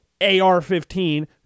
ar-15